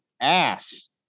ass